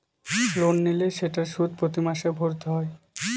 loan নিলে সেটার সুদ প্রতি মাসে ভরতে হয়